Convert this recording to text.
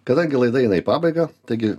kadangi laida eina į pabaigą taigi